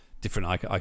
different